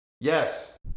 Yes